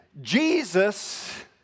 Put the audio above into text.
Jesus